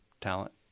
talent